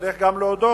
צריך גם להודות,